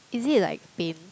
is it like pain